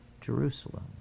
Jerusalem